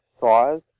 size